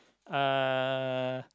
uh